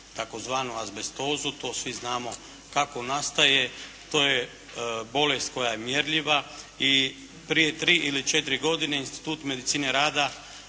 tzv. azbestozu, to svi znamo kako nastaje. To je bolest koja je mjerljiva. I prije 3 ili 4 godine Institut medicine rada